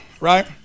right